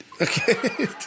Okay